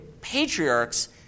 patriarchs